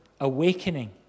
awakening